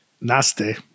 nasty